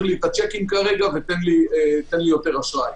לי את השיקים כרגע ותן לי יותר אשראי.